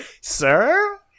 Sir